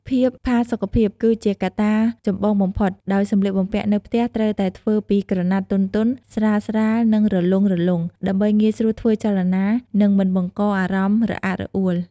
ភាពផាសុកភាពគឺជាកត្តាចំបងបំផុត ដោយសម្លៀកបំពាក់នៅផ្ទះត្រូវតែធ្វើពីក្រណាត់ទន់ៗ ស្រាលៗ និងរលុងៗ ដើម្បីងាយស្រួលធ្វើចលនា និងមិនបង្កអារម្មណ៍រអាក់រអួល។